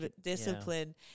discipline